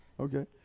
Okay